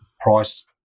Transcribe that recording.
price